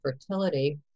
fertility